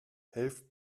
helft